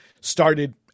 started